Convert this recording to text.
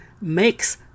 makes